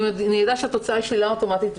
התוצאה היא שלילה אוטומטית,